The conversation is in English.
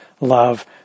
love